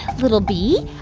little bee.